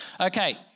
Okay